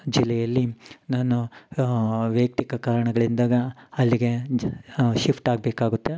ಜಿಲ್ಲೆಯಲ್ಲಿ ನಾನು ವೈಯಕ್ತಿಕ ಕಾರಣಗಳಿಂದಾಗ ಅಲ್ಲಿಗೆ ಶಿಫ್ಟ್ ಆಗಬೇಕಾಗುತ್ತೆ